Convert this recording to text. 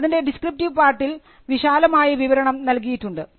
അതിൻറെ ഡിസ്ക്രിപ്റ്റീവ് പാർട്ടിൽ വിശാലമായ വിവരണം നൽകിയിട്ടുണ്ട്